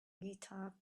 guitar